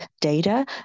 data